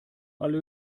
alle